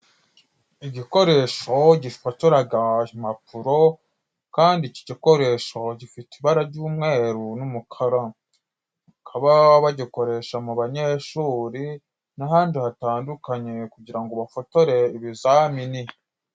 Igikoresho gifotoraga impapuro, kandi iki gikoresho gifite ibara ry’umweru n’umukara. Bakaba bagikoresha mu banyeshuri n’ahandi hatandukanye, kugira ngo bafotore ibizamini.